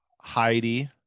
heidi